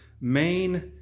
main